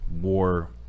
war